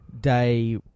day